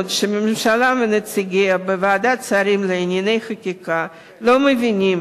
שהממשלה ונציגיה בוועדת השרים לענייני חקיקה לא מבינים